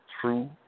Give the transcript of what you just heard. True